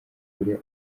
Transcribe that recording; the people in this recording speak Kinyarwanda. kure